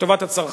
לטובת הצרכן.